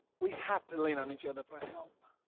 we have to lean on each other for help.